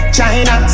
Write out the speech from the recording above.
China